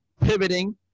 pivoting